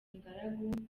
ingaragu